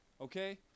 okay